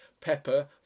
pepper